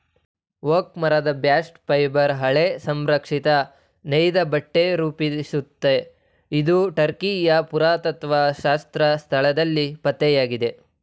oak ಮರದ bast fibre ಹಳೆ ಸಂರಕ್ಷಿತ ನೇಯ್ದಬಟ್ಟೆ ರೂಪಿಸುತ್ತೆ ಇದು ಟರ್ಕಿಯ ಪುರಾತತ್ತ್ವಶಾಸ್ತ್ರ ಸ್ಥಳದಲ್ಲಿ ಪತ್ತೆಯಾಗಿದೆ